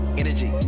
energy